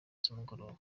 z’umugoroba